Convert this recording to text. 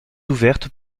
ouvertes